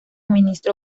ministro